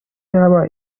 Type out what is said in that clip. yaba